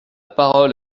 parole